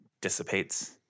dissipates